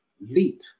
leap